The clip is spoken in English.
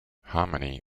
harmony